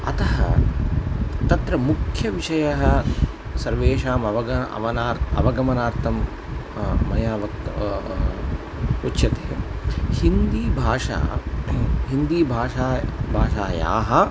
अतः तत्र मुख्यविषयः सर्वेषाम् अवगगमनम् अवगमनम् अवगमनार्थं मया वक्तव्यम् उच्यते हिन्दीभाषा हिन्दीभाषा भाषायाः